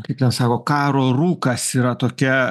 kaip ten sako karo rūkas yra tokia